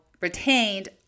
retained